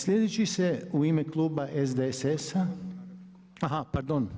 Sljedeći se u ime kluba SDSS-a, a pardon.